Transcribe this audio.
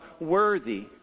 worthy